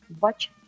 watch